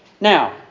Now